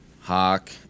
Hawk